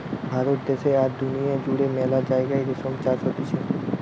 ভারত দ্যাশে আর দুনিয়া জুড়ে মেলা জাগায় রেশম চাষ হতিছে